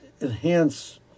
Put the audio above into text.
enhance